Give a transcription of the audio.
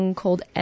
called